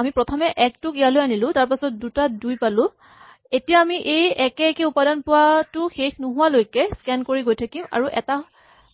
আমি প্ৰথমে এক টোক ইয়ালৈ আনিলো তাৰপাছত দুটা দুই পালো এতিয়া আমি এই একে একে উপাদান পোৱাটো শেষ নোহোৱালৈকে স্কেন কৰি থাকিম